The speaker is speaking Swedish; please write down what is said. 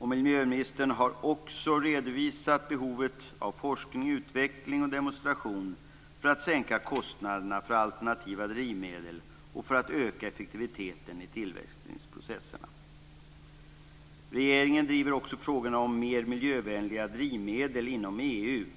Miljöministern har också redovisat behovet av forskning, utveckling och demonstration för att sänka kostnaderna för alternativa drivmedel och öka effektiviteten i tillverkningsprocesserna. Regeringen driver också frågan om mer miljövänliga drivmedel inom EU.